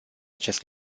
acest